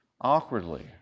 awkwardly